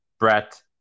Brett